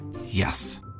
Yes